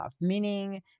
meaning